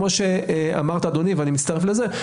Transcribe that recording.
כפי שאמרת אדוני ואני מצטרף לזה,